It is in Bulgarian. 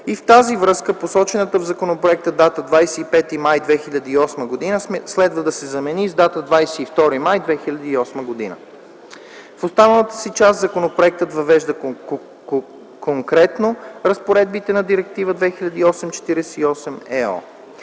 В тази връзка посочената в законопроекта дата „25 май 2008 г.” следва да се замени с датата „22 май 2008 г.”. В останалата си част законопроектът въвежда коректно разпоредбите на Директива 2008/48/ЕО.